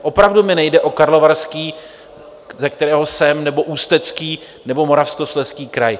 Opravdu mi nejde o Karlovarský, ze kterého jsem, nebo Ústecký nebo Moravskoslezský kraj.